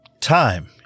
Time